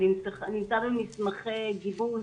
זה נמצא במסמכי גיבוש,